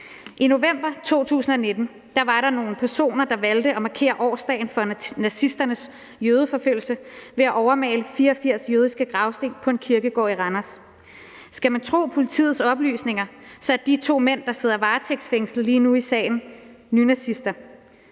I november 2019 var der nogle personer, der valgte at markere årsdagen for nazisternes jødeforfølgelser ved at overmale 84 jødiske gravstene på en kirkegård i Randers. Skal man tro politiets oplysninger, er de to mænd, der sidder varetægtsfængslet lige nu i sagen, nynazister.